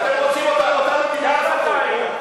לא נותן תשובה על אי-אמון.